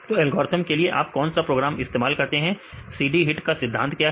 तो एल्गोरिथ्म के लिए आप कौन सा प्रोग्राम इस्तेमाल करते हैं CD HIT का सिद्धांत क्या है